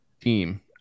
team